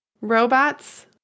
robots